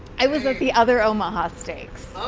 i was at the other omaha steaks. oh,